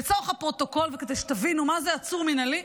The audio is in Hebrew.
לצורך הפרוטוקול, וכדי שתבינו מה זה עצור מינהלי,